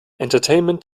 entertainment